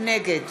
נגד